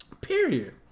Period